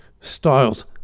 styles